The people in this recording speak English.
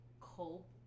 cope